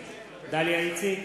נגד דליה איציק,